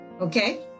Okay